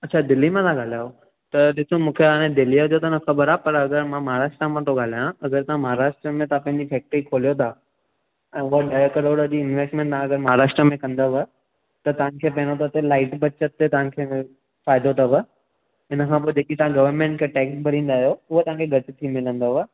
अच्छा दिल्ली मां था ॻाल्हायो त ॾिसो मूंखे हाणे दिल्लीअ जो त न ख़बर आहे पर अगरि मां महाराष्ट्र मां थो ॻाल्हायां अगरि तव्हां महाराष्ट्र में तव्हां पंहिंजी फैक्ट्री खोलियो था ऐं उहा ॾह करोड़ जी इंवेस्टमेंट तव्हां अगरि महाराष्ट्र में कंदव त तव्हांखे पहिरियों त हुते लाइट बचति तव्हांखे फ़ाइदो अथव हिनखां पोइ जेकी तव्हां गवर्नमेंट खे टैक्स भरींदा आयो उहो तव्हांखे घटि थी मिलंदव